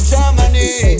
Germany